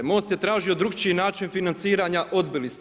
MOST je tražio drukčiji način financiranja, odbili ste.